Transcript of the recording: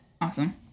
Awesome